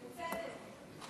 בצדק.